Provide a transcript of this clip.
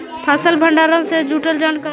फसल भंडारन से जुड़ल जानकारी?